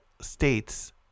States